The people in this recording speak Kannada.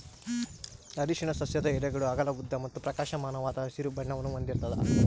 ಅರಿಶಿನ ಸಸ್ಯದ ಎಲೆಗಳು ಅಗಲ ಉದ್ದ ಮತ್ತು ಪ್ರಕಾಶಮಾನವಾದ ಹಸಿರು ಬಣ್ಣವನ್ನು ಹೊಂದಿರ್ತವ